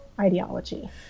ideology